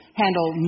handle